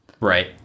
Right